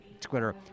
Twitter